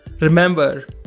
Remember